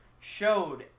showed